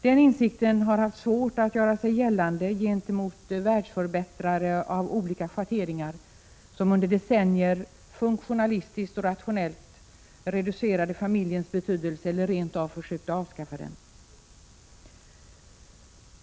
Den insikten har haft svårt att göra sig gällande gentemot världsförbättrare av olika schatteringar, som under decennier funktionalistiskt och rationellt reducerade familjens betydelse eller rent av försökte avskaffa den.